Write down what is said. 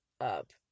up